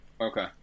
Okay